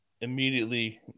immediately